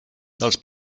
dels